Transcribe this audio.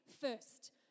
first